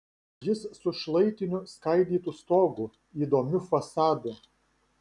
jis su šlaitiniu skaidytu stogu įdomiu fasadu